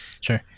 Sure